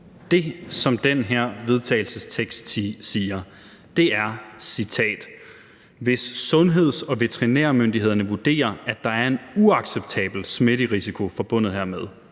Det, som det her forslag til vedtagelse siger, er, at »... hvis sundheds- og veterinærmyndighederne vurderer, at der er en uacceptabel smitterisiko forbundet hermed«,